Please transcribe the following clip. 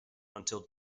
until